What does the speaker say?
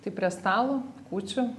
tai prie stalo kūčių